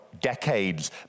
decades